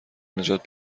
نجات